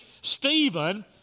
Stephen